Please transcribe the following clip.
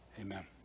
Amen